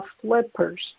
flippers